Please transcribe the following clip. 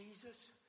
Jesus